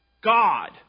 God